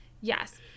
Yes